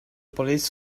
police